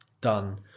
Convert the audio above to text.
done